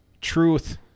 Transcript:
truth